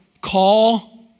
call